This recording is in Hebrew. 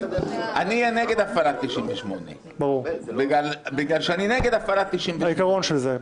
אני אהיה נגד הפעלת 98. ברור, לעיקרון של זה.